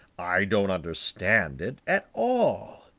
i don't understand it at all.